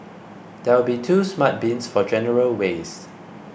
there will be two smart bins for general waste